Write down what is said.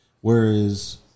Whereas